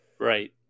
Right